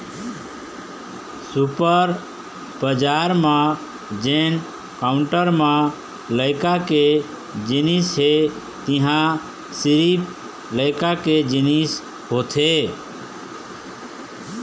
super बजार म जेन काउंटर म लइका के जिनिस हे तिंहा सिरिफ लइका के जिनिस होथे